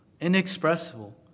inexpressible